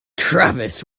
travis